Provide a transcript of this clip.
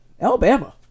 Alabama